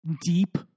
deep